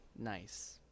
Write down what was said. nice